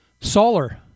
solar